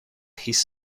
his